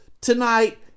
tonight